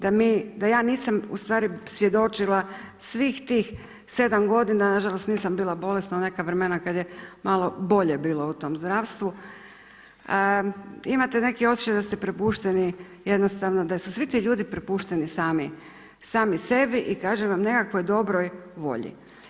Da ja nisam ustvari svjedočila svih tih 7 g., nažalost nisam bila bolesna u neka vremena kad je malo bolje bilo u tom zdravstvu, imat neki osjećaj da ste prepušteni jednostavno, da su svi ti ljudi prepušteni sami sebi i kažem vam, nekakvoj dobroj volji.